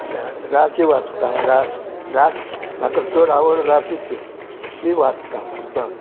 रा राशी वाचता रास रास म्हाका चड आवड राशीचो ती वाचता मुद्दम